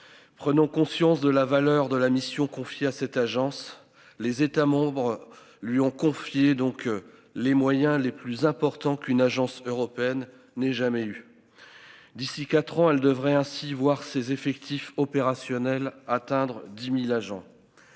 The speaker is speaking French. Prenant conscience de la valeur de la mission confiée à cette agence. Les États membres lui ont confié donc les moyens les plus importants qu'une agence européenne n'ait jamais eu. D'ici 4 ans. Elle devrait ainsi voir ses effectifs opérationnels atteindre 10.000 agents.